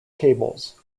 cables